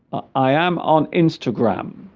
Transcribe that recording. i am on instagram